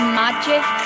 magic